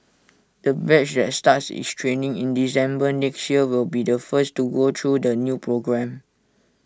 the batch that starts its training in December next year will be the first to go through the new programme